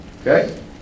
Okay